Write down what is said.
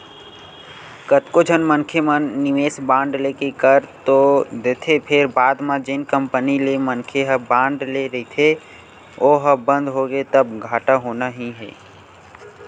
कतको झन मनखे मन निवेस बांड लेके कर तो देथे फेर बाद म जेन कंपनी ले मनखे ह बांड ले रहिथे ओहा बंद होगे तब घाटा होना ही हे